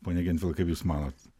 pone gentvilai kaip jūs manot